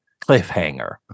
cliffhanger